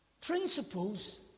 principles